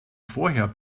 vorher